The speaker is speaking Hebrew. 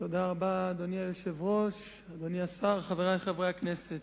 אדוני היושב-ראש, אדוני השר, חברי חברי הכנסת,